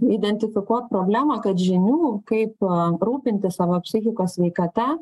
identifikuot problemą kad žinių kaip rūpintis savo psichikos sveikata